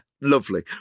lovely